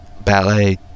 ballet